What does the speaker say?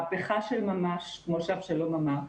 מהפכה של ממש כמו שאבשלום אמר.